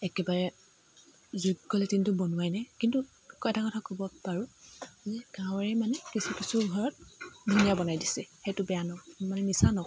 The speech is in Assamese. একেবাৰে যোগ্য লেটিনটো বনোৱাই নাই কিন্তু আক' এটা কথা ক'ব পাৰোঁ যে গাঁৱৰে মানে কিছু কিছু ঘৰত ধুনীয়া বনাই দিছে হেইটো বেয়া নকওঁ মানে মিছা নকওঁ